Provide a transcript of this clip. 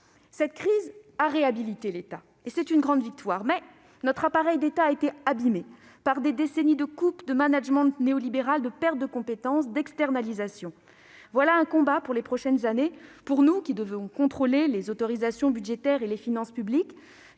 Cette crise a réhabilité l'État. C'est une grande victoire. Mais notre appareil d'État a été abîmé par des décennies de coupes, de management néolibéral, de pertes de compétences et d'externalisations. Voilà le combat des prochaines années, pour nous qui devons contrôler les autorisations budgétaires et les finances publiques